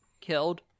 killed